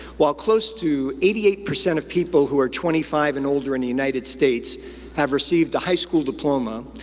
while close to eighty eight percent of people who are twenty five and older in the united states have received a high school diploma,